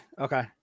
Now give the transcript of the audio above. Okay